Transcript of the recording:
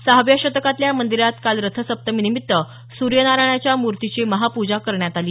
सहाव्या शतकातल्या या मंदिरात काल रथसप्तमीनिमीत्त सूर्यनारायणाच्या मूर्तीची महापूजा करण्यात आली